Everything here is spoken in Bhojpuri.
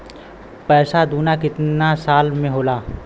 पैसा दूना कितना साल मे होला?